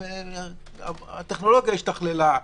הטכנולוגיה השתכללה.